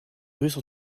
russes